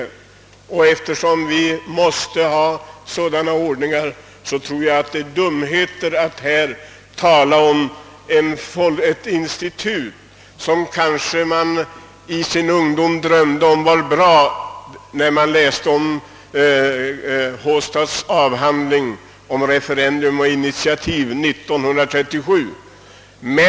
Jag tror att det är dumheter Åtgärder i syfte att fördjupa och stärka det svenska folkstyret att här tala om ett institut som man kanske i sin ungdom drömde om var bra, då man t.ex. läste Håstads avhandling om »Referendum och initiativ» av år 1937.